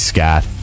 Scott